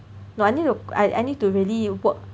no I need to I I need to really work